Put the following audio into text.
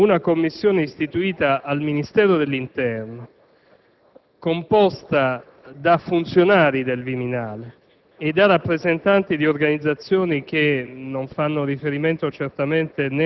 e sarebbe stato reso più problematico il contrasto dell'irregolarità. È vero esattamente il contrario se si vuole far riferimento a dati oggettivi: